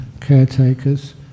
caretakers